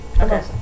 Okay